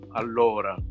allora